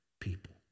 people